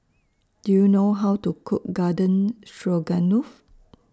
Do YOU know How to Cook Garden Stroganoff